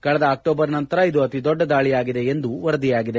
ಕಳೆದ ಅಕ್ಷೋಬರ್ ನಂತರ ಇದು ಅತಿ ದೊಡ್ಡ ದಾಳಿಯಾಗಿದೆ ಎಂದು ವರದಿಯಾಗಿದೆ